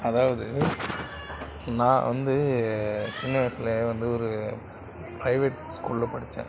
அதாவது நான் வந்து சின்ன வயதில் வந்து ஒரு பிரைவேட் ஸ்கூலில் படித்தேன்